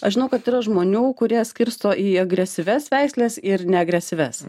aš žinau kad yra žmonių kurie skirsto į agresyvias veisles ir neagresyvias